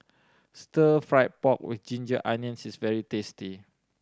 Stir Fry pork with ginger onions is very tasty